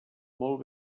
molt